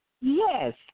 Yes